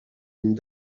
une